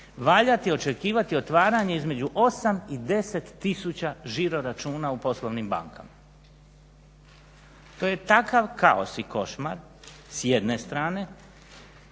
valjati očekivati otvaranje između 8 i 10 tisuća žiroračuna u poslovnim bankama. To je takav kaos i košmar s jedne strane